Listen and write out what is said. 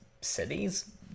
cities